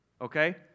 Okay